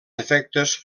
efectes